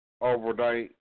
Overnight